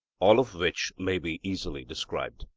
all of which may be easily described